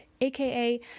AKA